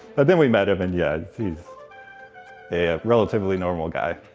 but then we met him, and yeah, he's a relatively normal guy.